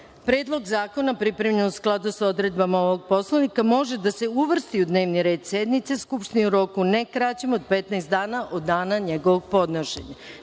„Predlog zakona, pripremljen u skladu sa odredbama ovog Poslovnika, može da se uvrsti u dnevni red sednice u roku ne kraćem od 15 dana od dana njegovog podnošenja“.Na